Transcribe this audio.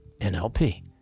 NLP